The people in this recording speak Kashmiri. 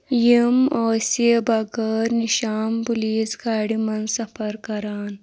یِم ٲسی بغٲرِ نِشان پُلیٖس گاڑِ منٛز سفر کَران